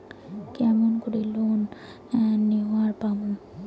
কেমন করি লোন নেওয়ার পামু?